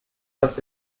was